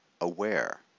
aware